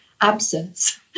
absence